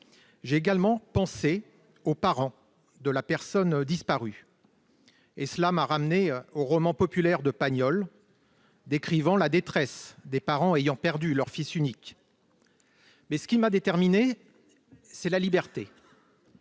mais également aux parents de la personne disparue, ce qui m'a ramené au roman populaire de Pagnol décrivant la détresse de parents ayant perdu leur fils unique. Mais ce qui m'a déterminé, c'est la liberté.